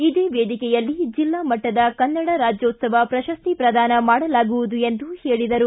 ಇದೇ ವೇದಿಕೆಯಲ್ಲಿ ಜಿಲ್ಲಾ ಮಟ್ಟದ ಕನ್ನಡ ರಾಜ್ಯೋತ್ಸವ ಪ್ರಶಸ್ತಿ ಪ್ರದಾನ ಮಾಡಲಾಗುವುದು ಎಂದು ಹೇಳಿದರು